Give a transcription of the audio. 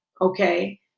Okay